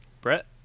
brett